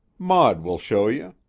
maud will show you.